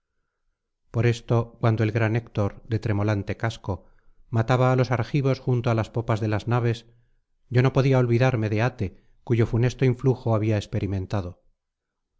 por esto cuando el gran héctor de tremolante casco mataba á los argivos junto á las popas de las naves yo no podía olvidarme de ate cuyo funesto influjo había experimentado